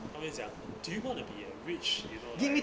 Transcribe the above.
他们讲 do you wanna be a rich you know right